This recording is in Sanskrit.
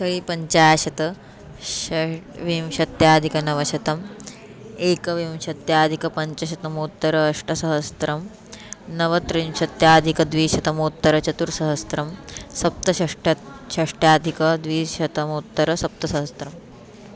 त्रिपञ्चाशत् षड्विंशत्यधिकनवशतम् एकविंशत्यधिकपञ्चशतोत्तर अष्टसहस्रं नवत्रिंशत्यधिकद्विशतोत्तरचतुस्सहस्रं सप्तषष्टिः षष्ट्याधिकद्विशतोत्तरसप्तसहस्रम्